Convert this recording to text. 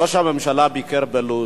ראש הממשלה ביקר בלוד.